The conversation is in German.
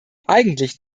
eigentlich